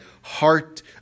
heart